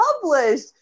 published